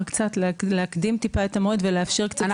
קצת להקדים טיפה את המועד ולאפשר זמן מרווח.